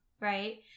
right